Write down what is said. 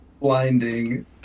Blinding